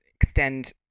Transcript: extend